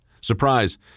Surprise